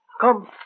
Come